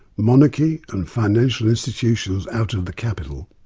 monarchy and financial institutions out of the capital.